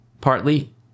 partly